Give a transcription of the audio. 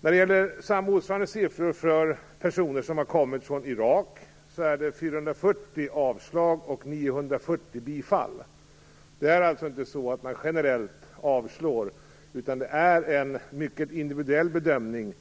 När det gäller motsvarande siffror för personer som har kommit från Irak är det 440 avslag och 940 bifall. Det är alltså inte så att man generellt avslår, utan det görs en mycket individuell bedömning.